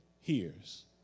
hears